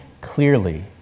clearly